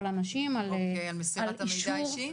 האנשים על אישור --- על מסירת המידע האישי?